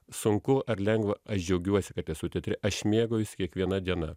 sunku ar lengva aš džiaugiuosi kad esu teatre aš mėgaujuosi kiekviena diena